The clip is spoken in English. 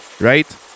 right